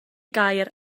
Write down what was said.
gair